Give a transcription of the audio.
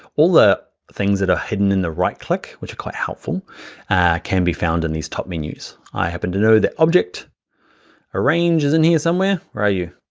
all the things that are hidden in the right-click which are quite helpful can be found in these top menus. i happen to know that object arrange is in here somewhere, where are you?